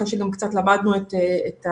אחרי שגם קצת למדנו את הקורונה,